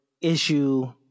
issue